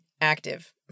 active